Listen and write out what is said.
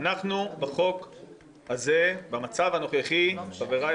אנחנו מתדיינים פה על חוק למניעת הפגנות